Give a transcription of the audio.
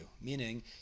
meaning